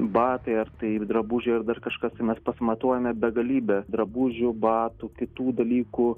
batai ar tai drabužiai ar dar kažkas tai mes pasimatuojame begalybę drabužių batų kitų dalykų